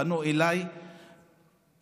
פנו אליי פיזיותרפיסטים,